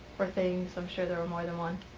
or things? i'm sure there were more than one.